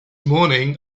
morning